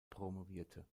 promovierte